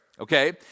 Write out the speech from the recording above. Okay